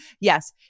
yes